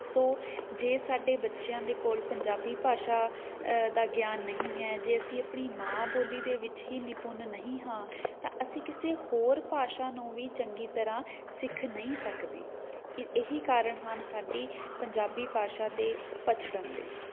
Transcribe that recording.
ਸੋ ਜੇ ਸਾਡੇ ਬੱਚਿਆਂ ਦੇ ਕੋਲ ਪੰਜਾਬੀ ਭਾਸ਼ਾ ਦਾ ਗਿਆਨ ਨਹੀਂ ਹੈ ਜੇ ਅਸੀਂ ਆਪਣੀ ਮਾਂ ਬੋਲੀ ਦੇ ਵਿੱਚ ਹੀ ਨਿਪੁੰਨ ਨਹੀਂ ਹਾਂ ਤਾਂ ਅਸੀਂ ਕਿਸੇ ਹੋਰ ਭਾਸ਼ਾ ਨੂੰ ਵੀ ਚੰਗੀ ਤਰ੍ਹਾਂ ਸਿੱਖ ਨਹੀਂ ਸਕਦੇ ਇਹੀ ਕਾਰਨ ਹਨ ਸਾਡੀ ਪੰਜਾਬੀ ਭਾਸ਼ਾ ਦੇ ਪਛੜਣ ਦੇ